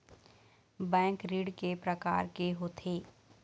Bank ऋण के प्रकार के होथे?